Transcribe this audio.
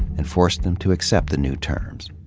and forced them to accept the new terms.